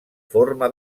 forma